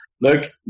look